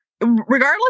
regardless